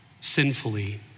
sinfully